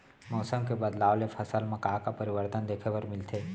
मौसम के बदलाव ले फसल मा का का परिवर्तन देखे बर मिलथे?